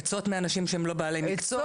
עצות מאנשים שהם לא בעלי מקצוע.